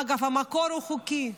אגב, המקור הוא חוקי,